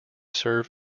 serve